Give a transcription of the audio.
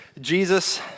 Jesus